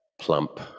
plump